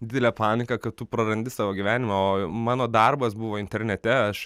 didelė panika kad tu prarandi savo gyvenimą o mano darbas buvo internete aš